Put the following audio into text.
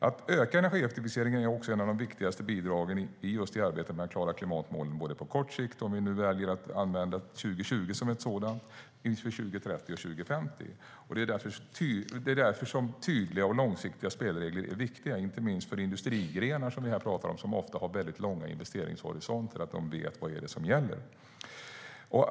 Att öka energieffektiviseringen är också ett av de viktigaste bidragen i arbetet med att klara klimatmålen även på kort sikt, om vi nu väljer att använda 2020 som ett sådant mål. Det finns mål också för 2030 och 2050. Därför är tydliga och långsiktiga spelregler viktiga, inte minst för industrigrenar - som vi talar om här - som ofta har långa investeringshorisonter och som behöver veta vad som gäller.